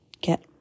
get